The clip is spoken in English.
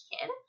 kid